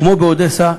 כמו באודסה,